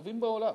מהטובים בעולם,